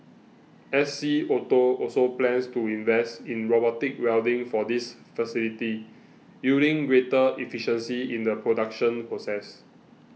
S C Auto also plans to invest in robotic welding for this facility yielding greater efficiency in the production process